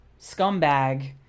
scumbag